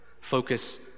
Focus